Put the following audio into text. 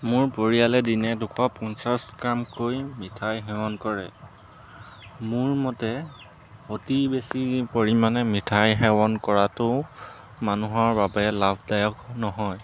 মোৰ পৰিয়ালে দিনে দুশ পঞ্চাছ গ্ৰামকৈ মিঠাই সেৱন কৰে মোৰ মতে অতি বেছি পৰিমাণে মিঠাই সেৱন কৰাতো মানুহৰ বাবে লাভদায়ক নহয়